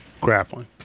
grappling